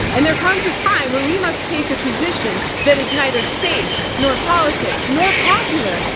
and there comes a time where we must take a position that is neither safe nor politic nor popular,